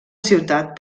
ciutat